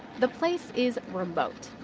the place is remote.